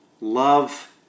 Love